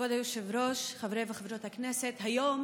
כבוד היושב-ראש, חברי וחברות הכנסת, היום